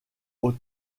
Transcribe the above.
aux